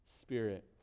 spirit